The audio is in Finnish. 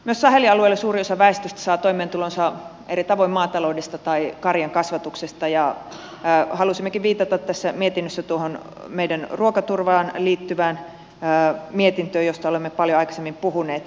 myös sahelin alueella suuri osa väestöstä saa toimeentulonsa eri tavoin maataloudesta tai karjankasvatuksesta ja halusimmekin viitata tässä mietinnössä tuohon meidän ruokaturvaan liittyvään mietintöömme josta olemme paljon aikaisemmin puhuneet